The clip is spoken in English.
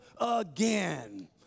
again